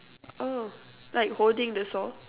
oh like holding the saw